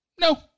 No